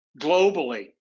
globally